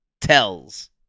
tells